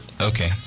Okay